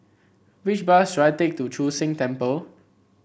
which bus should I take to Chu Sheng Temple